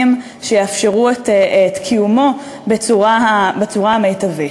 שיאפשרו את קיומו בצורה המיטבית.